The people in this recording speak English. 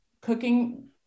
cooking